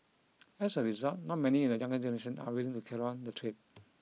as a result not many in the younger generation are willing to carry on the trade